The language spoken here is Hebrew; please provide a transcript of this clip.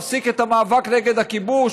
נפסיק את המאבק נגד הכיבוש?